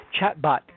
chatbot